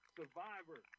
survivor